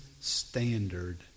standard